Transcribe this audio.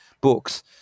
books